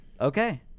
Okay